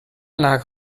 lag